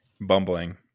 bumbling